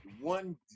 One